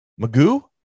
Magoo